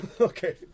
Okay